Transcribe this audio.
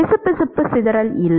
பிசுபிசுப்பு சிதறல் இல்லை